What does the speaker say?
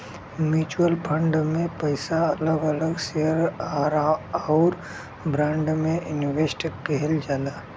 mutual fund में पइसा अलग अलग शेयर आउर बांड में इनवेस्ट किहल जाला